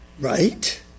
right